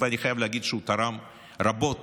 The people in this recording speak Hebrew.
ואני חייב להגיד שהוא תרם רבות